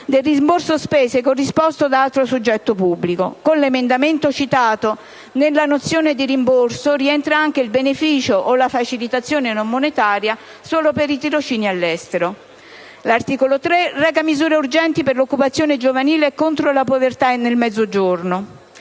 del rimborso spese corrisposto da altro soggetto pubblico. Con l'emendamento citato, nella nozione di «rimborso» rientra anche il beneficio o la facilitazione non monetaria, solo per i tirocini all'estero. L'articolo 3 reca misure urgenti per l'occupazione giovanile e contro la povertà nel Mezzogiorno.